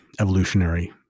evolutionary